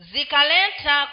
Zikalenta